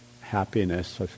happiness